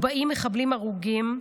40 מחבלים הרוגים,